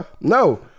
no